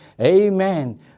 Amen